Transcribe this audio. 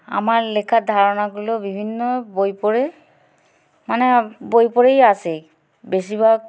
আমার লেখার ধারণাগুলো বিভিন্ন বই পড়ে মানে বই পড়েই আছেই বেশিরভাগ